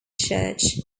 church